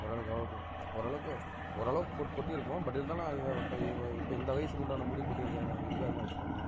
ஓரளவுக்கு எவ்வளோ கொ ஓரளவுக்கு ஓரளவுக்கு கொட் கொட்டியிருக்கும் பட் இருந்தாலும் இதை இப்போ இது வ இப்போ இந்த வயதுக்கு உண்டான முடி கொட்டிருக்காதுனே இருக்காதுனே வச்சுக்கோங்களேன்